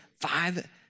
five